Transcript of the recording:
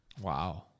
Wow